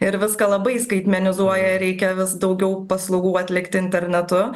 ir viską labai skaitmenizuoja reikia vis daugiau paslaugų atlikt internetu